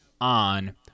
on